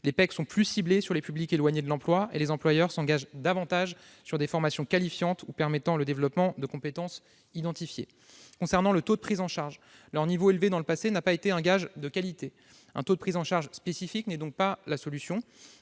les PEC sont plus ciblés sur les publics éloignés de l'emploi et les employeurs s'engagent davantage sur des formations qualifiantes ou permettant le développement de compétences identifiées. Concernant le taux de prise en charge, leur niveau élevé dans le passé n'a pas été un gage de qualité. Un taux de prise en charge spécifique n'est donc pas la solution.